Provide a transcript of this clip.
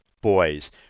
boys